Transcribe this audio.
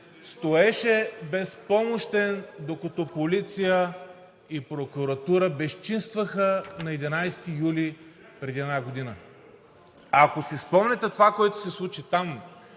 стоеше безпомощен, докато полиция и прокуратура безчинстваха на 11 юли преди една година. Ако си спомняте това, което се случи там,